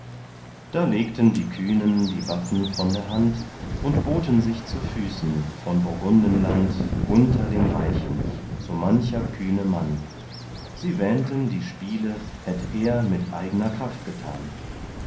da legten die kühnen die waffen von der hand und boten sich zu füßen von burgundenland gunther dem reichen so mancher kühne mann sie wähnten die spiele hätt er mit eigner kraft getan